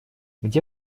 где